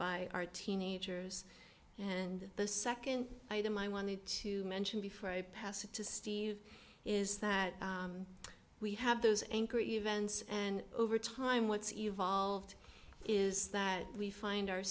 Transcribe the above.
by our teenagers and the second item i wanted to mention before i pass it to steve is that we have those anchor events and over time what's evolved is that we find our